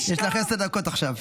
יש לך עשר דקות עכשיו.